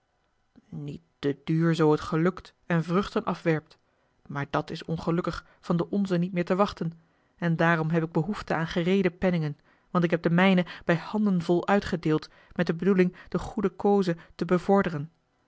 niet te duur zoo t gelukt en vruchten afwerpt maar dat is ongelukkig van de onze niet meer te wachten en daarom heb ik behoefte aan gereede penningen want ik heb de mijne bij handen vol uitgedeeld met de bedoeling de goede cause te bevorderen